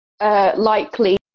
Likely